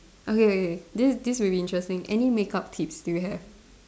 okay okay okay this this will very interesting any makeup tips do you have